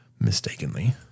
Mistakenly